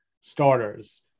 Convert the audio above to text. starters